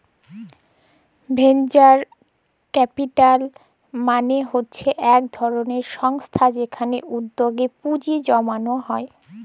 venture capital মালে হচ্যে ইক ধরলের সংস্থা যেখালে উদ্যগে পুঁজি জমাল হ্যয়ে